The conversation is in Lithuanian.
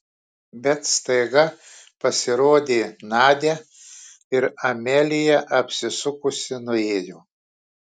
bet staiga pasirodė nadia ir amelija apsisukusi nuėjo